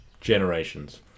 generations